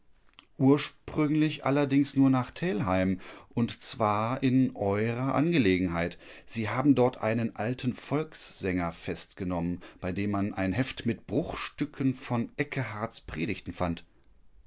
ursprünglich allerdings nur nach telheim und zwar in eurer angelegenheit sie haben dort einen alten volkssänger festgenommen bei dem man ein heft mit bruchstücken von eckeharts predigten fand